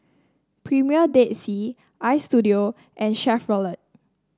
Premier Dead Sea Istudio and Chevrolet